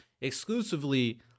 exclusively